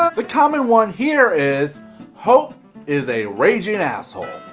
ah but common one here is hope is a raging asshole.